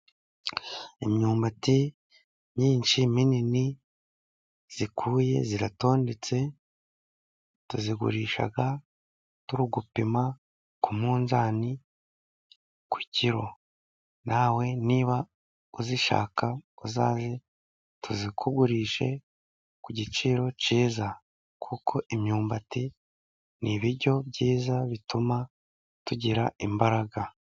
Imyumbati myinshi, minini, ikuye, iratondetse ,tuyigurishaga turi gupima ku munzani ku kiro. Nawe niba uyishaka, uzaze tuyikugurishe ku giciro cyiza, kuko imyumbati ni ibiryo byiza bituma tugira imbaraga.